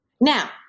Now